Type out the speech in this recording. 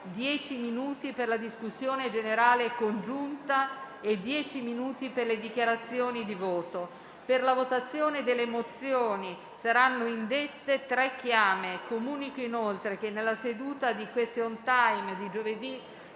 minuti per la discussione congiunta e dieci minuti per le dichiarazioni di voto. Per la votazione delle mozioni saranno indette tre chiame. Comunico, inoltre, che nella seduta di *question time* di giovedì